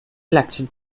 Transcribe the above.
elected